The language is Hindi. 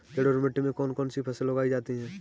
जलोढ़ मिट्टी में कौन कौन सी फसलें उगाई जाती हैं?